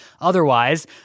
otherwise